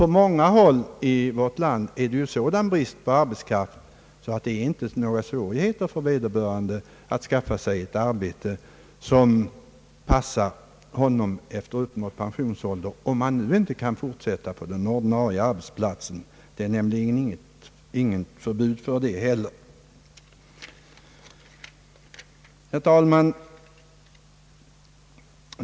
På många håll i vårt land är det sådan brist på arbetskraft att det inte är några svårigheter för vederbörande att skaffa sig ett arbete som passar honom efter uppnådd pensionsålder, om han nu inte kan fortsätta på sin ordinarie arbetsplats. Det är nämligen inget förbud mot det heller.